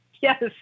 Yes